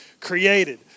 created